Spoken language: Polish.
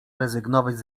rezygnować